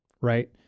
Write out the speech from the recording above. right